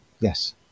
yes